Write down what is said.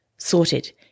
sorted